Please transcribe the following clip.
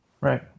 Right